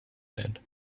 land